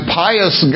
pious